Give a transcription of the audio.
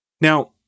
Now